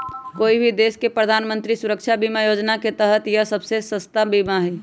कोई भी देश के प्रधानमंत्री सुरक्षा बीमा योजना के तहत यह सबसे सस्ता बीमा हई